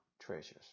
treasures